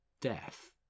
death